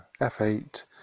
F8